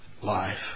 life